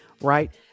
right